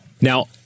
now